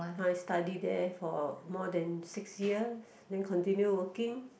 I study there for about more than six years then continue working